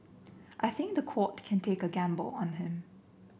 I think the court can take a gamble on him